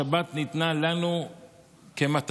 השבת ניתנה לנו כמתנה.